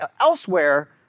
elsewhere